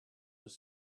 was